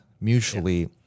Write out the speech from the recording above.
mutually